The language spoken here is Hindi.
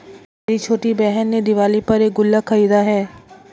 मेरी छोटी बहन ने दिवाली पर एक गुल्लक खरीदा है